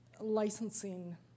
licensing